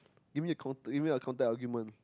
give me your counter~ give me your counterargument